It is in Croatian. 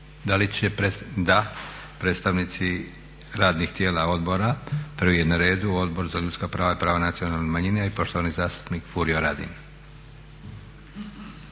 da li će, da, predstavnici radnih tijela odbora. Prvi je na redu Odbor za ljudska prava i prava nacionalnih manjina i poštovani zastupnik Furio Radin.